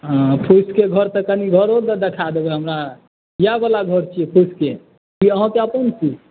फुसके घर तऽ कनि घरो तऽ देखा देबै हमरा इएह वाला घर छियै फुसके ई अहाँके अपन छी